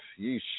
Yeesh